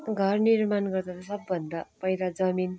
घर निर्माण गर्दा चाहिँ सबभन्दा पहिला जमिन